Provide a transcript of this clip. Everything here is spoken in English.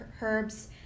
herbs